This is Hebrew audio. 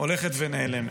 הולכת ונעלמת.